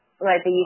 Right